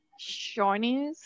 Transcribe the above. shinies